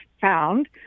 found